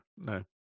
no